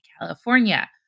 California